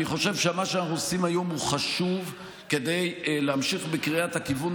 אני חושב שמה שאנחנו עושים היום הוא חשוב כדי להמשיך בקריאת הכיוון